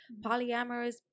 polyamorous